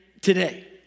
today